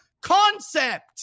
concept